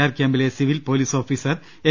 R ക്യാംപിലെ civil police officer N